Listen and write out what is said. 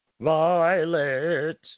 Violet